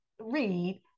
read